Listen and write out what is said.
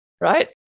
right